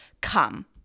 come